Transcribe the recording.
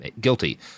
guilty